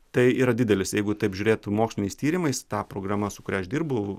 tai yra didelis jeigu taip žiūrėt moksliniais tyrimais ta programa su kuria aš dirbu